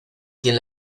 quien